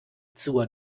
zur